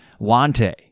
Lante